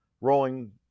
rolling